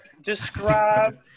Describe